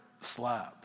slab